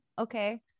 okay